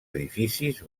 edificis